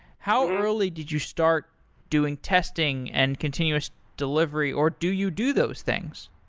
how early did you start doing testing and continuous delivery, or do you do those things?